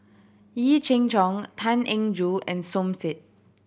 Yee Jenn Jong Tan Eng Joo and Som Said